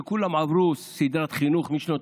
חושבים שכולם עברו סדרת חינוך משנות